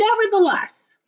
nevertheless